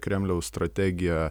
kremliaus strategiją